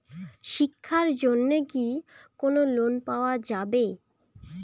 শিক্ষার জন্যে কি কোনো লোন পাওয়া যাবে?